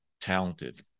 talented